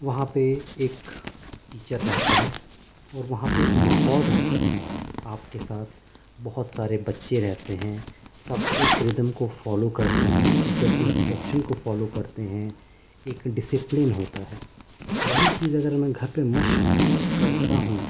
وہاں پہ ایک ٹیچر رہتا ہے اور وہاں پہ ایک ماحول رہتا ہے آپ کے ساتھ بہت سارے بچے رہتے ہیں سب ایک ردم کو فالو کرتے ہیں ٹیچر کی انسٹرکشن کو فالو کرتے ہیں ایک ڈسپلن ہوتا ہے وہی چیز اگر میں گھر پہ مشق کرتا ہوں